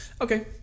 Okay